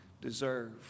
deserve